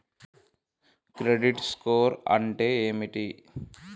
Credit score అంటే ఏమిటి?